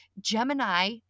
Gemini